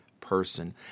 person